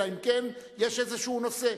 אלא אם כן יש איזה נושא,